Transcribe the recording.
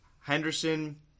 Henderson